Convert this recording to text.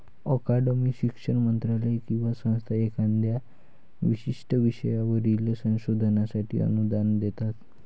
अकादमी, शिक्षण मंत्रालय किंवा संस्था एखाद्या विशिष्ट विषयावरील संशोधनासाठी अनुदान देतात